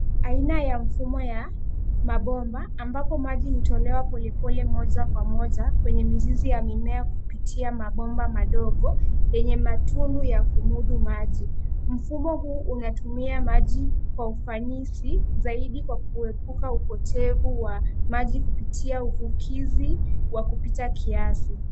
Aina ya mfumo wa mabomba ambapo maji hutolewa polepole moja kwa moja kwenye mizizi ya mimea kupitia mabomba madogo yenye matundu ya kumudu maji. Mfumo huu unatumia maji kwa ufanisi zaidi kwa kuepuka upotevu wa maji kupitia uvukizi wa kupita kiasi.